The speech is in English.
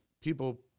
people